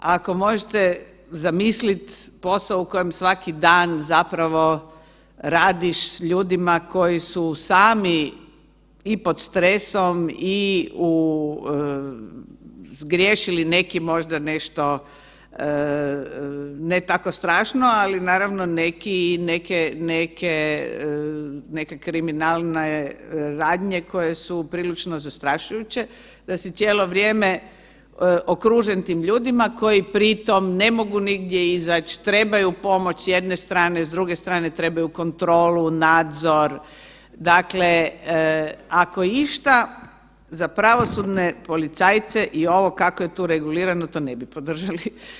Ako možete zamisliti posao u kojem svaki dan zapravo radiš s ljudima koji su sami i pod stresom i zgriješili možda neki nešto ne tako strašno, ali neke kriminalne radnje koje su prilično zastrašujuće da si cijelo vrijeme okružen tim ljudima koji pri tom ne mogu nigdje izać, trebaju pomoć s jedne strane, s druge strane trebaju kontrolu, nadzor dakle ako išta za pravosudne policajce i ovo kako je tu regulirano to ne bi podržali.